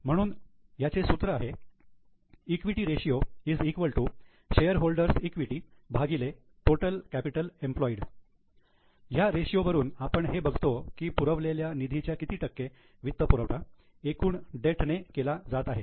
shareholders equity shareholders' equity equity ratio total capital employed ह्या ratio वरून आपण हे बघतो की पुरवलेल्या निधीच्या किती टक्के वित्तपुरवठा एकूण डेट ने केला जात आहे